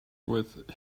with